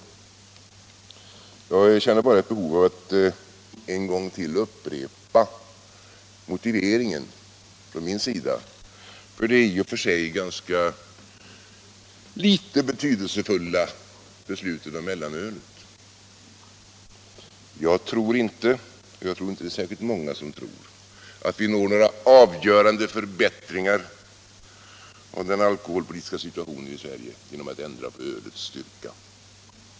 Men jag känner ett behov av att upprepa motiveringen från min sida för det i och för sig föga betydelsefulla beslutet om mellanölet. Jag tror inte — och det är säkert inte många som gör det — att vi når några avgörande förbättringar av den alkoholpolitiska situationen i Sverige genom att ändra ölets styrka.